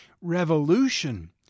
revolution